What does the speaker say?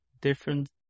different